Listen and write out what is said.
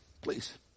please